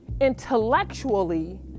intellectually